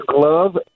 glove